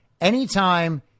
anytime